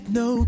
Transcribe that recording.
no